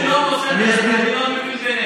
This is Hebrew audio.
אני לא נושא נשק,